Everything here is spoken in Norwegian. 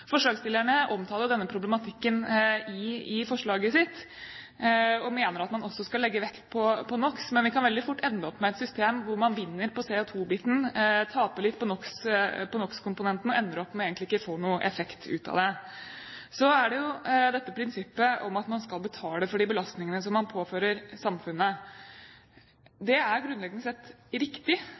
Forslagsstillerne omtaler denne problematikken i forslaget sitt og mener at man også skal legge vekt på NOx. Men vi kan veldig fort ende opp med et system hvor man vinner på CO2-biten, taper litt på NOx-komponenten og ender opp med egentlig ikke å få noen effekt ut av det. Så er det jo dette prinsippet om at man skal betale for de belastningene som man påfører samfunnet. Det er grunnleggende sett riktig